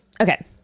okay